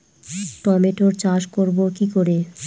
টমেটোর চাষ করব কি করে?